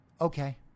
okay